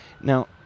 Now